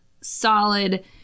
solid